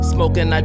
Smoking